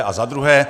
A za druhé.